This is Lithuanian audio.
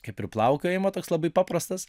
kaip ir plaukiojimo toks labai paprastas